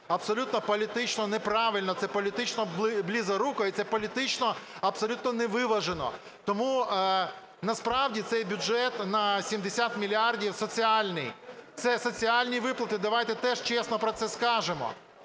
абсолютно політично неправильно, це політично близоруко і це політично абсолютно невиважено. Тому насправді цей бюджет на 70 мільярдів - соціальний, це соціальні виплати, давайте теж чесно про це скажемо.